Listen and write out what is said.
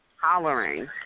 hollering